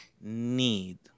need